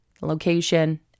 location